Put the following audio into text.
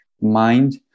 mind